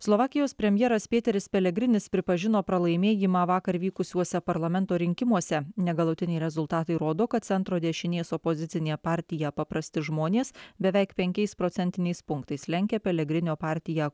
slovakijos premjeras pėteris pelegrinis pripažino pralaimėjimą vakar vykusiuose parlamento rinkimuose negalutiniai rezultatai rodo kad centro dešinės opozicinė partija paprasti žmonės beveik penkiais procentiniais punktais lenkia pelegrinio partiją